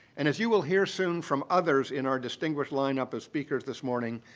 and as you will hear soon from others in our distinguished lineup of speakers this morning,